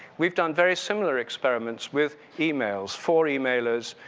we've done very similar experiments with emails, four emailers,